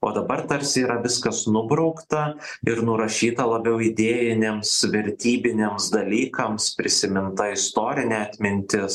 o dabar tarsi yra viskas nubraukta ir nurašyta labiau idėjiniams vertybiniams dalykams prisiminta istorinė atmintis